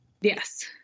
Yes